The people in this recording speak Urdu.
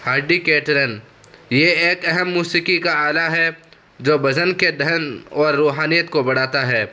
ہارڈی کرتال یہ ایک اہم موسیقی کا آلہ ہے جو بھجن کی دھن و روحانیت کو بڑھاتا ہے